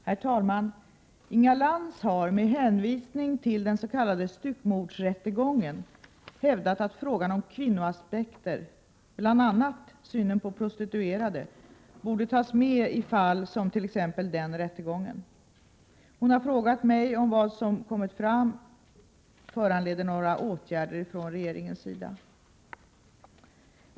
Herr talman! Inga Lantz har med hänvisning till den s.k. styckmordsrättegången hävdat att frågan om kvinnoaspekter, bl.a. synen på prostituerade, borde tas med i fall som t.ex. den rättegången. Hon har frågat mig om det som kommit fram föranleder några åtgärder från regeringens sida.